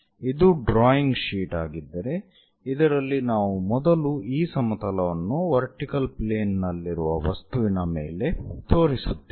ಇದು drawing sheet ಆಗಿದ್ದರೆ ಇದರಲ್ಲಿ ನಾವು ಮೊದಲು ಈ ಸಮತಲವನ್ನು ವರ್ಟಿಕಲ್ ಪ್ಲೇನ್ ನಲ್ಲಿರುವ ವಸ್ತುವಿನ ಮೇಲೆ ತೋರಿಸುತ್ತೇವೆ